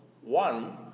one